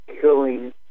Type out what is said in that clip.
Killing